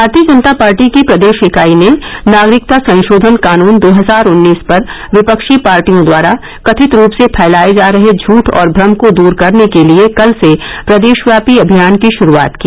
भारतीय जनता पार्टी की प्रदेश इकाई ने नागरिकता संशोधन कानन दो हजार उन्नीस पर विपक्षी पार्टियों द्वारा कथित रूप से फैलाए जा रहे झूठ और भ्रम को दूर करने के लिए कल से प्रदेशव्यापी अभियान की ्रूआत की